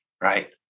right